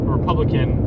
Republican